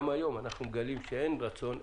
גם היום אנחנו מגלים שאין רצון,